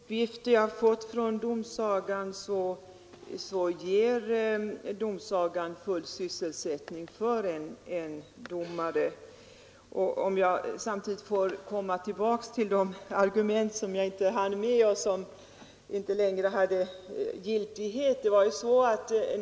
Herr talman! Enligt de uppgifter jag har fått från domsagan ger den full sysselsättning för en domare. Jag skulle sedan vilja återkomma till de argument som var aktuella 1970 men som inte längre har giltighet och som jag inte hann med i mitt förra inlägg.